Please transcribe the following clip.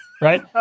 right